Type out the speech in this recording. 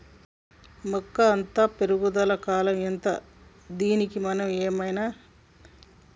మొక్క అత్తే పెరుగుదల కాలం ఎంత దానిలో మనం ఏమన్నా మార్పు చేయచ్చా?